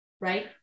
right